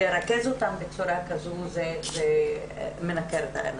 לרכז אותן בצורה כזו זה מנקר את העיניים.